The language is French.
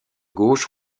gauche